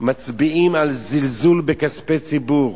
מצביעים על זלזול בכספי ציבור.